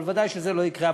אבל ודאי שזה לא יקרה.